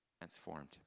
transformed